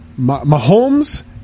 Mahomes